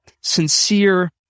sincere